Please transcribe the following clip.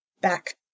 back